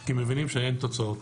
כי מבינים שאין תוצאות,